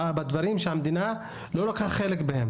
בדברים שהמדינה לא לקחה חלק בהם,